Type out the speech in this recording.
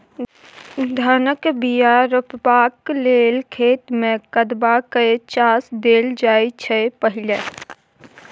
धानक बीया रोपबाक लेल खेत मे कदबा कए चास देल जाइ छै पहिने